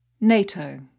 NATO